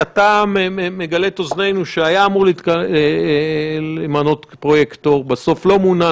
כשאתה מגלה את אוזנינו שהיה אמור להתמנות פרויקטור ובסוף לא מונה,